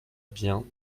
bien